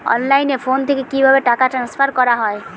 অনলাইনে ফোন থেকে কিভাবে টাকা ট্রান্সফার করা হয়?